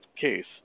case